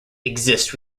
exist